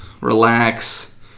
relax